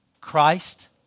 Christ